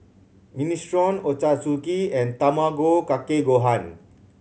Minestrone Ochazuke and Tamago Kake Gohan